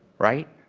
right?